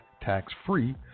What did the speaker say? tax-free